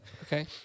okay